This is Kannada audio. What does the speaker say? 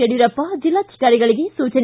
ಯಡಿಯೂರಪ್ಪ ಜಿಲ್ಲಾಧಿಕಾರಿಗಳಿಗೆ ಸೂಚನೆ